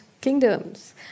kingdoms